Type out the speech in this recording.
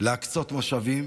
להקצות משאבים